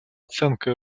оценкой